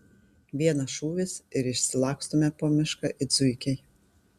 vienas šūvis ir išsilakstome po mišką it zuikiai